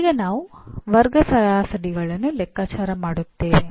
ಈಗ ನಾವು ವರ್ಗ ಸರಾಸರಿಗಳನ್ನು ಲೆಕ್ಕಾಚಾರ ಮಾಡುತ್ತೇವೆ